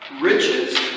Riches